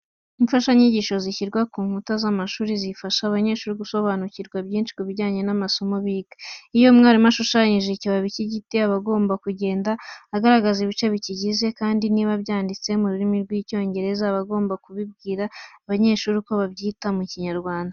Imfashanyigisho zishyirwa ku nkuta z'amashuri zifasha abanyeshuri gusobanukirwa byinshi ku bijyanye n'amasomo biga. Iyo umwarimu ashushanyije ikibabi cy'igiti, aba agomba kugenda agaragaza ibice bikigize kandi niba byanditse mu rurimi rw'Icyongereza, aba agomba no kubwira abanyeshuri uko babyita mu Kinyarwanda.